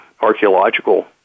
archaeological